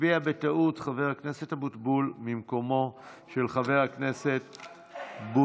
הצביע בטעות חבר הכנסת אבוטבול במקומו של חבר הכנסת בוסו.